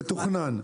מתוכנן.